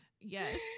yes